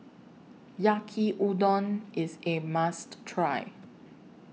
Yaki Udon IS A must Try